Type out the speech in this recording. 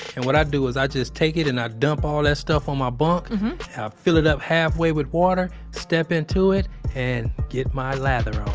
and what i do is i just take it and i dump all that ah stuff on my bunk i fill it up halfway with water, step into it and get my lather on.